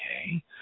okay